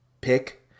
pick –